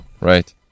Right